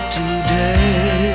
today